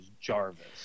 Jarvis